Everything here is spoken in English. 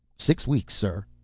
six weeks, sir.